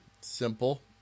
simple